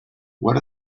what